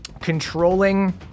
controlling